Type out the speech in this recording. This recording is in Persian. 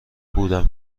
بودم